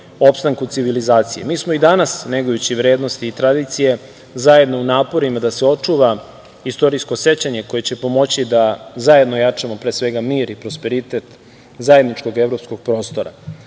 opstanku civilizacije. Mi smo i danas, negujući vrednosti i tradicije, zajedno u naporima da se očuva istorijsko sećanje koje će pomoći da zajedno jačamo, pre svega, mir i prosperitet zajedničkog evropskog prostora. Zalaganje